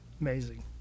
Amazing